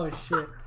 ah sure,